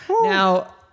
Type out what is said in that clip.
now